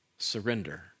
Surrender